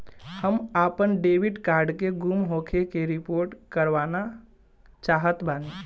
हम आपन debit card के गुम होखे के रिपोर्ट करवाना चाहत बानी